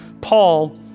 Paul